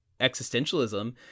existentialism